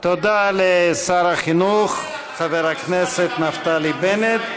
תודה רבה לשר החינוך חבר הכנסת נפתלי בנט.